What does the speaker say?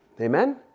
Amen